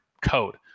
code